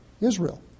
Israel